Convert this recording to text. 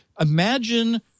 Imagine